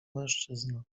mężczyzna